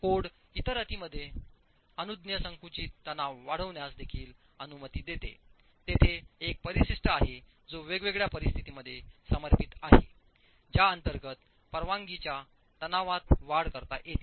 code इतर अटींमध्ये अनुज्ञेय संकुचित तणाव वाढविण्यास देखील अनुमती देते तेथे एक परिशिष्ट आहे जो वेगवेगळ्या परिस्थितींमध्ये समर्पित आहे ज्या अंतर्गत परवानगीच्या तणावात वाढ करता येते